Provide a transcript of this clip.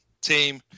team